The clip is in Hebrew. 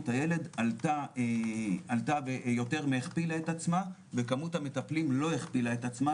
הילד עלתה ויותר מהכפילה את עצמה וכמות המטפלים לא הכפילה את עצמה.